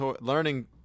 learning